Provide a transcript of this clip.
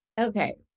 Okay